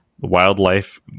wildlife